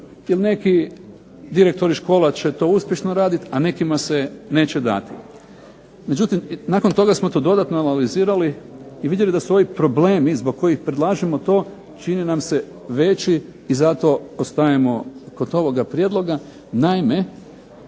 jer neki direktori škola će to uspješno raditi a nekima se neće dati. Nakon toga smo to dodatno analizirali i vidjeli da su ovi problemi zbog kojih predlažemo to čine nam se veći i zato ostajemo kod ovoga prijedloga. Naime,